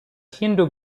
hindu